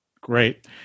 Great